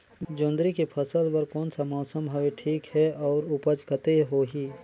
जोंदरी के फसल बर कोन सा मौसम हवे ठीक हे अउर ऊपज कतेक होही?